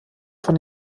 von